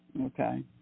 Okay